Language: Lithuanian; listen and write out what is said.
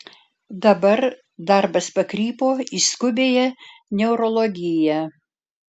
dabar darbas pakrypo į skubiąją neurologiją